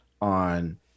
on